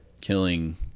killing